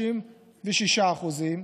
36%;